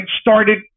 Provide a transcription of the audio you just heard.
started